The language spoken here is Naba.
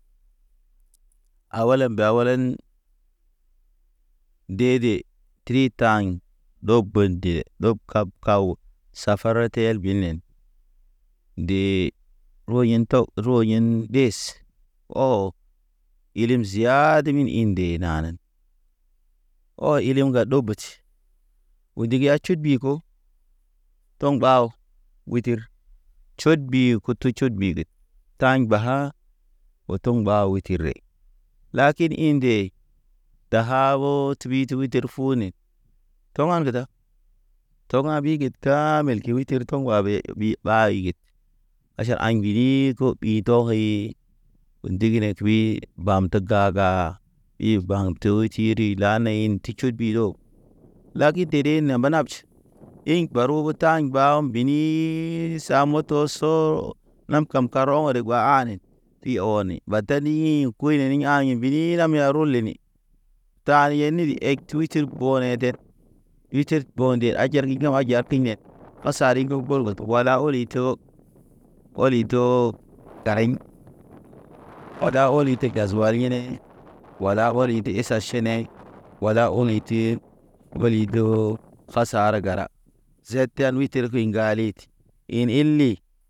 Aw welḛn mbe aw welḛn dede tri taɲ ɗob be nde ɗob kaw- kaw, safara te el binen. De roɲin taw roɲin des, ɔ ilim ziada min inde nanen. Ɔ ilim ŋga ɗo betʃ, udig ya tʃud ɓi ko tɔŋ ɓaw witir. Tʃud ɓi kutu tʃud ɓi ge taɲ ɓaha otoŋ baw tʃi re. Lakin in nde dahaɓo tuwi tuwi ter fu ne, tɔ wan ge da, tɔ ga̰ ɓigid. Tamil ki witir tɔŋ a ɓe ɓi ɓa igid, Wi ndigi ne kiwi, ɓam te gaga, i baŋ tew ti lanen in tʃetʃew biro. Laki dere ne mba nabjə, Ey baru ge taɲ baw mbinis, sa moto so nam kam karɔ ɔŋ de gwa ha ne. Pi ɔ ne bata nii ku kunini a̰ yu bini ya nam rol le ne ta ya niri ek twi tir bɔ neden. Witir bo̰ nde hajar ki hajar kine Asar riŋgol gol ged, wala oli to. Oli to garaɲ, ɔda ɔli te gaz oil hene wala ɔli de eʃa ʃene, wala ɔni tim oli do kasa ar gara. Zed her kuy ŋgalid. In il li.